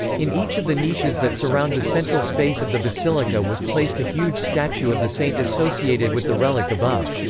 in each of the niches that surround the central space of the basilica was placed a huge statue of the saint associated with the relic above.